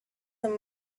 them